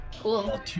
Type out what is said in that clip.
Cool